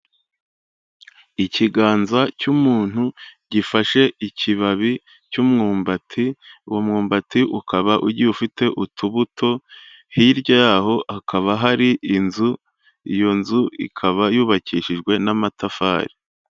Ikiganza cy'umuntu gifashe ikibabi cy'umwumbati, uwo mwumbati ukaba ugiye ufite utubuto, hirya yaho hakaba hari inzu, iyo nzu ikaba yubakishijwe n'amatafari.